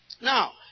Now